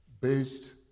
based